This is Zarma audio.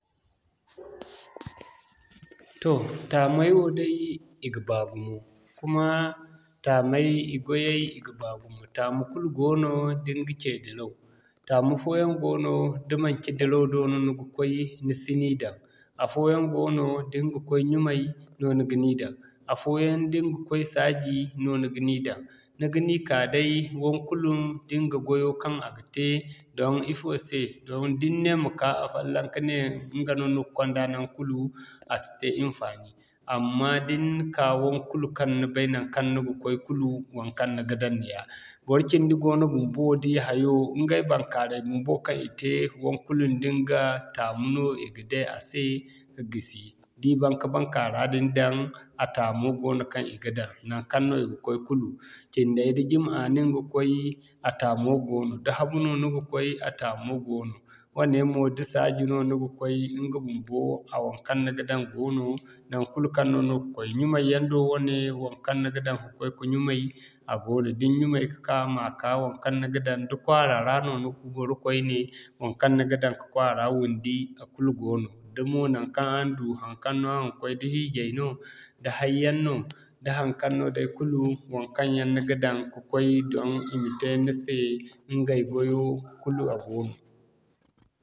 Toh taamay wo day i ga baa gumo, kuma taamay i gwayay i ga baa gumo. Taamu kul goono da ɲga cee diraw. Taamu fooyaŋ goono, da manci diraw do no ni ga koy, ni si ni daŋ. Afooyaŋ goono, da ni ga koy ɲumay no ni ga ni daŋ afooyaŋ da ni ga koy saaji no ni ga ni daŋ. Ni ga ni ka day wonkulu da ɲga gwayo kaŋ a ga te don ifo se zama da ni ne ma ka afallaŋ ka ne ɲga no ni ga konda naŋgu kulu, a si te hinfaani. Amma da ni ka wonkulu kaŋ ni bay naŋkaŋ ni ga koy kulu, wonkaŋ ni ga daŋ neeya. Bor cindi goono bumbo da i hayo, ɲgay baŋkaaray bumbo kaŋ i te, wonkulu da ɲga taamu no i ga day a se ma gisi. Da i baŋ ma baŋkaara din daŋ, a taamo goono kaŋ i ga daŋ naŋkaŋ no i ga koy kulu. Cinday da Jumaa no ni ga koy, a taamo goono da habu no ni ga koy, a taamo goono wane mo da saaji no ni ga koy ɲga bumbo a waŋkaŋ ni ga daŋ goono naŋkul kaŋ no ni ga koy ɲumay yaŋ do wane, waŋkaŋ ni ga daŋ ka'koy ka ɲumay a goono da ni ɲumay ka'ka ma ka waŋkaŋ ni ga daŋ da kwaara ra no ni ga gwaro koyne waŋkaŋ ni ga daŋ ka kwaara wundi a kul goono. Da mo naŋkaŋ aran du, haŋkaŋ no araŋ ga koy da hiijay no, da hay'yaŋ no, da haŋkaŋ no day kulu waŋkaŋ yaŋ ni ga daŋ ka'koy don i ma te ni se ɲgay gwayo kulu a goono.